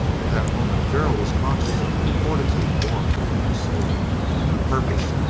at that moment darrell was conscious of a new fortitude born within his soul a new purpose,